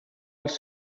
els